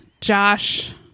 josh